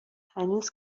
هنوز